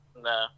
No